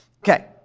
Okay